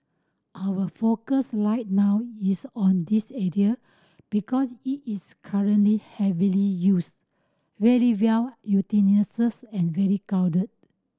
our focus right now is on this area because it is currently heavily used very well utilises and very crowded